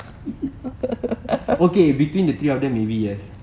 okay between the three of them maybe yes